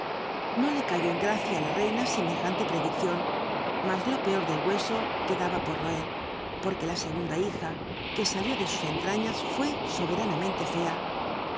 i'io le cayó en gracia á la reina semejante ptediccion mas lo pcot del hueso c uctlaba por roer por uo la segunda hija iju l salió do us cntmilas fué soberanamente fea